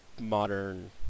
modern